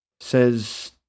says